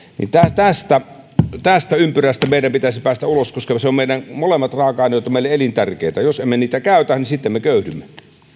tästä tästä ympyrästä meidän pitäisi päästä ulos koska molemmat raaka aineet ovat meille elintärkeitä jos emme niitä käytä niin sitten me köyhdymme